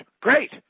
great